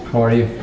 are you?